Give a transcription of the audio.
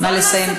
נא לסיים,